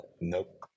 Nope